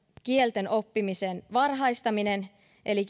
kielten oppimisen varhaistaminen eli